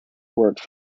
worked